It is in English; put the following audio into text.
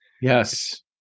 Yes